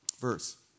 verse